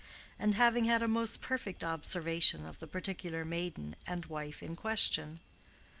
and having had a most imperfect observation of the particular maiden and wife in question.